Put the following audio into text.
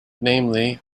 namely